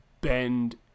bend